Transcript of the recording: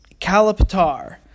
kalapatar